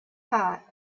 heart